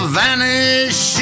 vanish